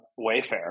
Wayfair